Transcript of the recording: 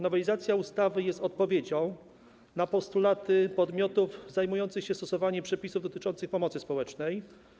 Nowelizacja ustawy jest odpowiedzią na postulaty podmiotów zajmujących się stosowaniem przepisów dotyczących pomocy społecznej.